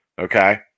Okay